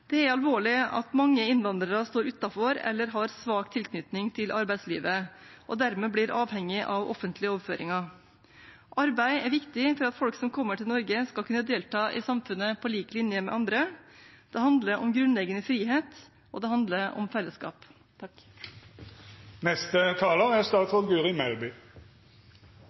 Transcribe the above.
Det er alvorlig at mange innvandrere står utenfor eller har svak tilknytning til arbeidslivet og dermed blir avhengig av offentlige overføringer. Arbeid er viktig for at folk som kommer til Norge, skal kunne delta i samfunnet på lik linje med andre. Det handler om grunnleggende frihet, og det handler om fellesskap.